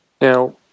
Now